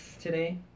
today